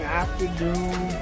afternoon